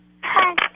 Hi